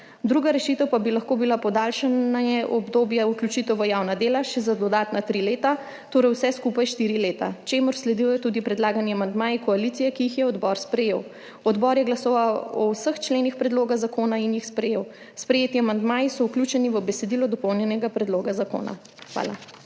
Druga rešitev pa bi lahko bila podaljšanje obdobja za vključitev v javna dela še za dodatna tri leta, torej vse skupaj štiri leta, čemur sledijo tudi predlagani amandmaji koalicije, ki jih je odbor sprejel. Odbor je glasoval o vseh členih predloga zakona in jih sprejel. Sprejeti amandmaji so vključeni v besedilo dopolnjenega predloga zakona. Hvala.